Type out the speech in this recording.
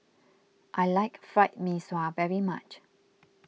I like Fried Mee Sua very much